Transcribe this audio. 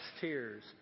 tears